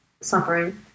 suffering